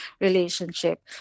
relationship